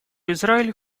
израиль